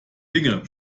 dinge